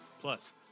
plus